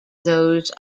those